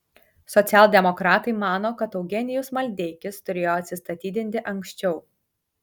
socialdemokratai mano kad eugenijus maldeikis turėjo atsistatydinti anksčiau